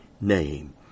name